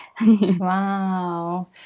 Wow